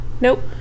Nope